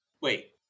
Wait